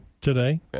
today